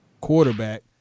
quarterback